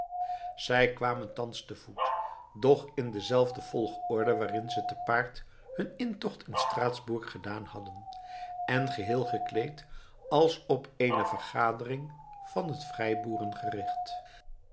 zij kwamen thans te voet doch in dezelfde volgorde waarin ze te paard hun intocht in straatsburg gedaan hadden en geheel gekleed als op eene vergadering van het